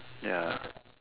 ya